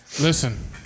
Listen